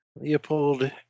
Leopold